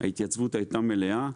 ההתייצבות הייתה מלאה.